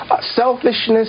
selfishness